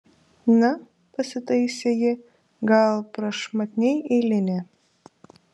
na pasitaisė ji gal prašmatniai eilinė